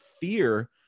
fear